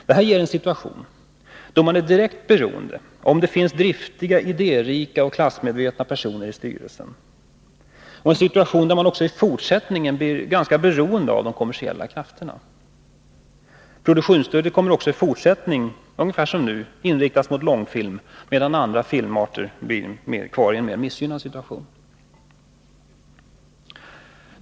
Det här ger en situation där man är direkt beroende av om det finns driftiga, idérika och klassmedvetna personer i styrelsen och en situation där man också i fortsättningen blir ganska beroende av de kommersiella krafterna. Produktionsstödet kommer också i fortsättningen, ungefär som nu, att i huvudsak inriktas mot långfilmer, medan andra filmarter blir kvar i en mer missgynnad situation.